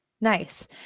Nice